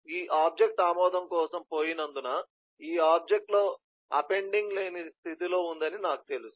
ఈ ఆబ్జెక్ట్ ఆమోదం కోసం పోయినందున ఈ ఆబ్జెక్ట్ లో అపెండింగ్ లేని స్థితిలో ఉందని నాకు తెలుసు